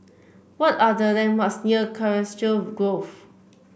what are the landmarks near Colchester Grove